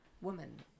woman